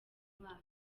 mwana